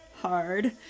hard